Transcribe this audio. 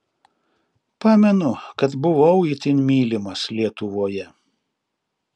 pamenu kad buvau itin mylimas lietuvoje